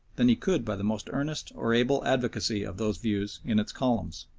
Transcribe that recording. than he could by the most earnest or able advocacy of those views in its columns.